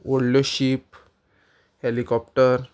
व्हडल्यो ship helicopter